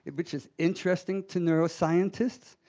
which is interesting to neuroscientists.